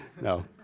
no